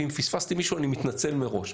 ואם פספסתי מישהו אני מתנצל מראש.